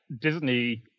Disney